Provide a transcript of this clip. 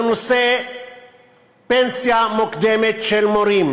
בנושא פנסיה מוקדמת של מורים.